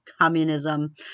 communism